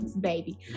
baby